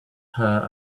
her